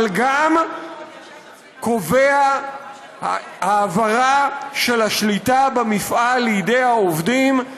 אבל גם קובע העברה של השליטה במפעל לידי העובדים,